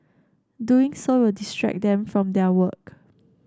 doing so will distract them from their work